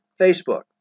Facebook